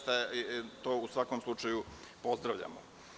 To u svakom slučaju pozdravljamo.